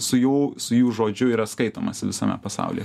su jų su jų žodžiu yra skaitomasi visame pasaulyje